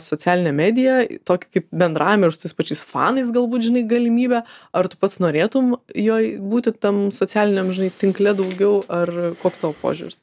socialinę mediją į tokią kaip bendravimą ir su tais pačiais fanais galbūt žinai galimybę ar tu pats norėtum joj būti tam socialiniam žinai tinkle daugiau ar koks tavo požiūris